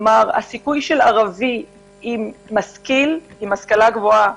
הסיכוי של ערבי עם השכלה גבוהה